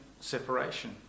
separation